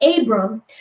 Abram